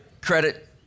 credit